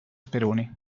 speroni